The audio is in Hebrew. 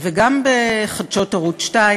וגם בחדשות ערוץ 2,